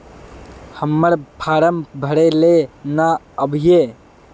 हम्मर फारम भरे ला न आबेहय?